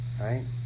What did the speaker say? right